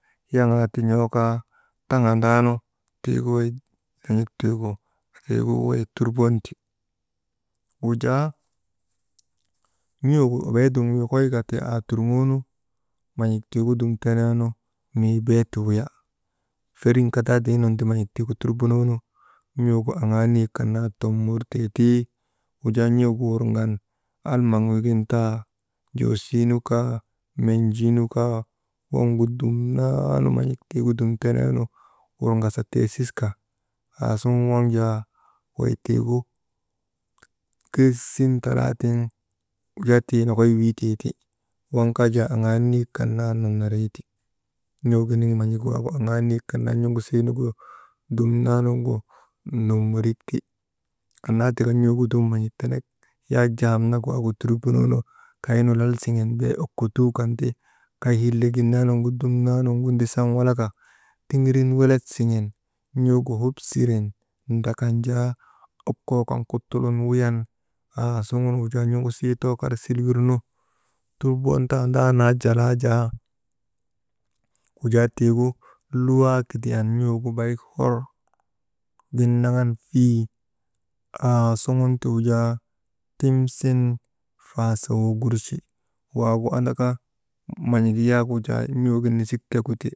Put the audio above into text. Yaŋaa ti n̰okaa, taŋandaanu tiigu wey en̰ik tigu tigu wey turbonte wujaa n̰ugu beedum yokoyka tii aa turŋoonu, nan̰ik tiigu dum teneenu mii bee ti wuya. Feriŋ kadaadii nun ti man̰ik tii gu turbunoonu nugu aŋaa niyek kan naa tommorteeti, wujaa n̰ugu wurgan almaŋ wigin taa, joosii nu ka, menjii nu ka, waŋgu dumnaanu man̰ik tiigu dum teneenu wurŋasa teesiska aasuŋun waŋ jaa wey tiigu keesin talaatiŋ wujaa tii nokoy witeeti. Waŋ kaa jaa aŋaa niyek kan naa nonoreyti, n̰uginiŋ man̰ik wagu aŋaa niyek kan naa n̰ugusii nugu dumnaanugu nommorikti. Annaa tika n̰ugu dum man̰ik tenek yaak jaham nak waagu turbunoonu, kay lall siŋen bee okkotuu kan ti kay hillek gin naanuŋu dumnaa nuaanuŋu ndisan walaka, tiŋirin welet siŋen n̰ugu hobsiŋen ndrakan jaa okkoo kan kuttulun wuyan aasuŋun wujaa n̰ugusii too kar sil wirnu turbontandaanaa jalaa jaa wujaa tiigu luwaa kidiyan n̰ugu barik horgin naŋan fii aasu ti wujaa timsin faasa wogurchi. Waagu andaka man̰ik yaak wujaa man̰ik yaak wujaa n̰ik yaak wujaa n̰urin nisik tegu ti.